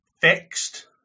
fixed